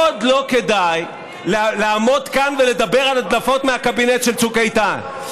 מאוד לא כדאי לעמוד כאן ולדבר על הדלפות מהקבינט של צוק איתן.